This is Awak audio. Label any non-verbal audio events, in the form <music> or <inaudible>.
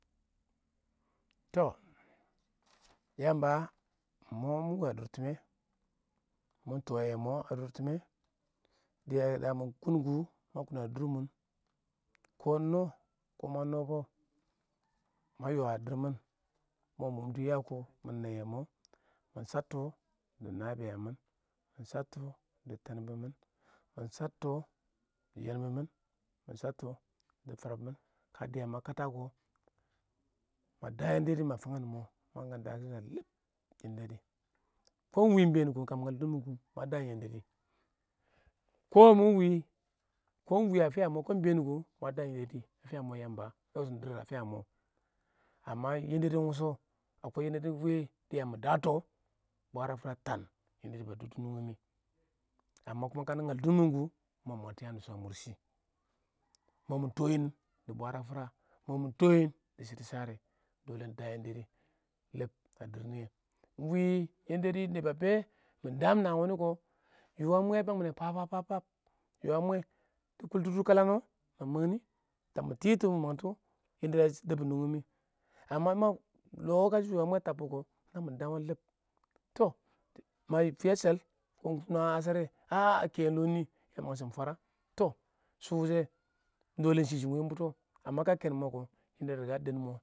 To Yamba mɔ mɪ wa dʊrtɪmɛ ma tsyan mʊ a dʊrtɪmɛ dɪya kamɪ kʊn kʊ na durmin kɪ iɪng nɔ kʊ ma nabs kɪ ma yɪ a dirrmin mʊ mɪ wubtu yaks mɪ neiɪyɛ mʊ mɪ chabtɔ dɪ nabiyang mɪn, mɪ chabtɔ dɪ tɛnbʊn mɪn mɪ chabtɔ dɪ yenbun mɪn mɪ chabtɔ dɪ farbi mɪn. kə dɪya ma kata kɪ ma da yen dedi ma kata kɪ ma da yendedi ma fangɪn mʊ mang kwaan da kinsha lib yendedi kʊ ɪn iɪng been kʊ kamɪ ngal dʊn mɪn kʊ ma daam yended kɪ mɪ wɪɪn kɪ iɪng wa fɪya mɪ kɪ banguyi kʊ ma daam yended a fɪya mɪ Yamba mɪ yistin dɪrr a fɪya ma <unintelligible> iɪng wushu <unintelligible> wɪɪn dɪya mɪ dats bwarafura a taan yendadi ba dubdɔ nungi mɪ <unintelligible> dung mɪ kʊ mʊ mɪ mangs yaam dɪ sha a mursh. mʊ mɪ tɔ nɪ dɪ bwarafura mʊ mɪ tɪn nɪ dɪ shidu shɪdo <unintelligible> iɪng da yendedi lib a dɪrr niyɛ iɪng wɪɪn yended wɪɪn ba be daan nani wuin kɪ yuwan mwee ma kʊ a bang mɪne fan-fab yuwan mwee dɪ kultu dʊr kalan wʊ ma mang nɪ tab mɪ tits mɪ mangtɔ yendedi a dabbu nungi mɪ <unintelligible> longɪm wɪɪn kashɪ yuwan mwee a tabbɔ kɪ na mɪ daam wangɪn lib <unintelligible> ma fɪya a shɛi ma nwa ngashare aw kɛɛm lɔ nɪ ya mangshin fwara shuwushe <unintelligible> shɪ shɪm wɪɪn butɔ <unintelligible> keen bu kʊ yendedi a <unintelligible>